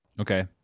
okay